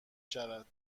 شود